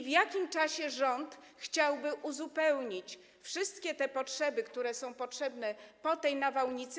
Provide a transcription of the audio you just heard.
W jakim czasie rząd chciałby uzupełnić wszystkie te potrzeby, które powstały po tej nawałnicy?